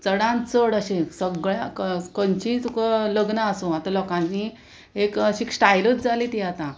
चडान चड अशी सगळ्या खंयचीय तुका लग्न आसूं आतां लोकांनी एक अशी स्टायलूच जाली ती आतां